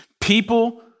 People